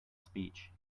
speech